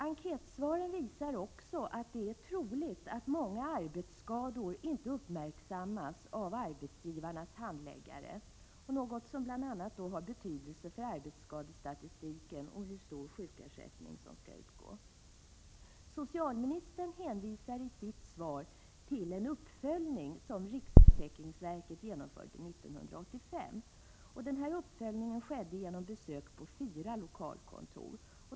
Enkätsvaren visar också att det är troligt att många arbetsskador inte uppmärksammas av arbetsgivarnas handläggare, något som bl.a. har betydelse för arbetsskadestatistiken och för hur stor sjukersättning som skall utgå. Socialministern hänvisar i sitt svar till en uppföljning som riksförsäkringsverket genomförde 1985. Denna uppföljning skedde genom besök på fyra lokalkontor.